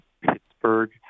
Pittsburgh